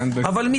אבל,